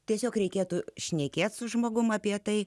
tiesiog reikėtų šnekėti su žmogumi apie tai